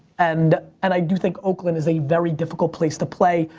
and and i do think oakland is a very difficult place to play.